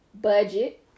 budget